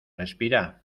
respira